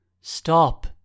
Stop